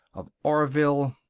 of orville,